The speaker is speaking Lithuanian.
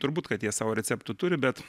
turbūt kad jie savo receptų turi bet